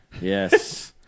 Yes